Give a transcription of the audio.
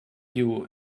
you